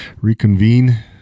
reconvene